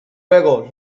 luego